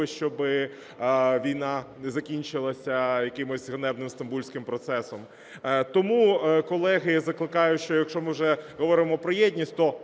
щоби війна закінчилася якимось ганебним стамбульським процесом. Тому, колеги, закликаю, що якщо ми вже говоримо про єдність, то